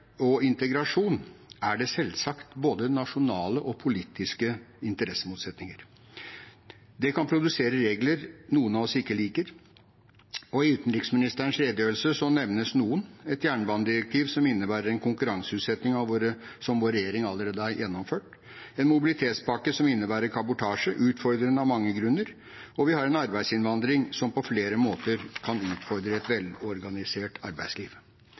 og i en slik integrasjon er det selvsagt både nasjonale og politiske interessemotsetninger. Det kan produsere regler noen av oss ikke liker. I utenriksministerens redegjørelse nevnes noen: et jernbanedirektiv som innebærer en konkurranseutsetting vår egen regjering allerede har gjennomført en mobilitetspakke som innebærer kabotasje, som er utfordrende av mange grunner en arbeidsinnvandring som på flere måter kan utfordre et velorganisert arbeidsliv